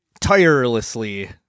tirelessly